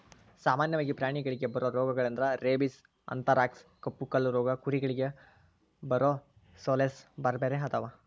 ಸಾಮನ್ಯವಾಗಿ ಪ್ರಾಣಿಗಳಿಗೆ ಬರೋ ರೋಗಗಳಂದ್ರ ರೇಬಿಸ್, ಅಂಥರಾಕ್ಸ್ ಕಪ್ಪುಕಾಲು ರೋಗ ಕುರಿಗಳಿಗೆ ಬರೊಸೋಲೇಸ್ ಬ್ಯಾರ್ಬ್ಯಾರೇ ಅದಾವ